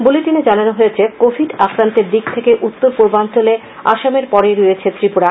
বুলেটিনে জানানো হয়েছে কোভিড আক্রান্তের দিক থেকে উত্তর পূর্বাঞ্চলে আসামের পরেই রয়েছে ত্রিপুরা